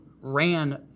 ran